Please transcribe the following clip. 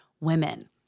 women